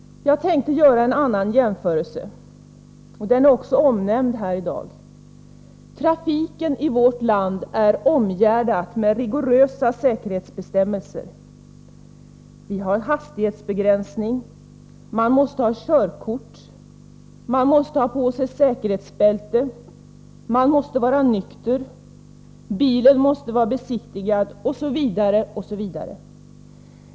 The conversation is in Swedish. Jag tänkte göra en annan jämförelse, och den är också omnämnd här i dag. Trafiken i vårt land är omgärdad med rigorösa säkerhetsbestämmelser. Vi har hastighetsbegränsning, man måste ha körkort, man måste ha på sig säkerhetsbälte, man måste vara nykter, bilen måste vara besiktigad, osv.